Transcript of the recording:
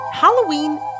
Halloween